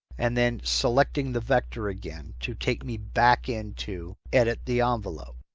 and then selecting the vector again to take me back into edit the ah envelope.